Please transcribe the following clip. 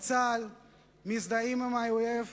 צה"ל ומזדהים עם האויב,